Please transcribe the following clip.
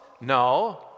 No